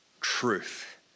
truth